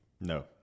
No